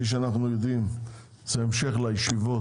כפי שאנחנו יודעים זה המשך לישיבות